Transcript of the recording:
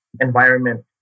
environment